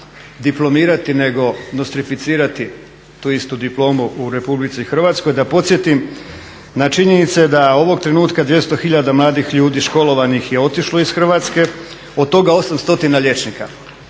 diplomirati nego nostrificirati tu istu diplomu u RH. Da podsjetim na činjenice da ovog trenutka 200 tisuća mladih ljudi školovanih je otišlo iz Hrvatske, od toga 800 liječnika.